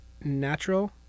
natural